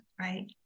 right